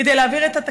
כדי להעביר את התקציב.